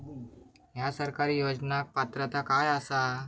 हया सरकारी योजनाक पात्रता काय आसा?